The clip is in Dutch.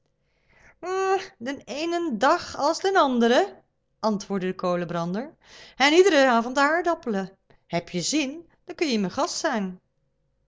eenzaamheid den eenen dag als den anderen antwoordde de kolenbrander en iederen avond aardappelen heb je zin dan kun je mijn gast zijn